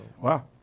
Wow